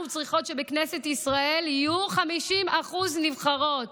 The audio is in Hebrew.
אנחנו צריכות שבכנסת ישראל יהיו 50% נבחרות,